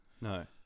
No